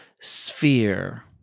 Sphere